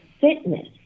fitness